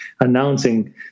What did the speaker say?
announcing